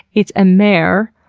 it's a mare,